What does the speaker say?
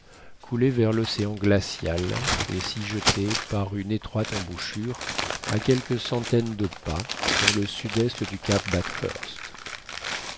coulait vers l'océan glacial et s'y jetait par une étroite embouchure à quelques centaines de pas dans le sud-est du cap